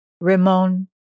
Ramon